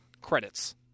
credits